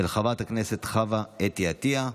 של חברת הכנסת חוה אתי עטייה.